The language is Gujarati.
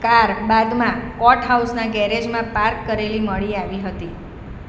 કાર બાદમાં કોર્ટ હાઉસનાં ગેરેજમાં પાર્ક કરેલી મળી આવી હતી